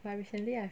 but recently I